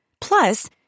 Plus